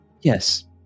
Yes